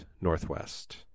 Northwest